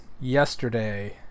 yesterday